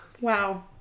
Wow